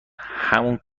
همون